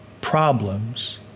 problems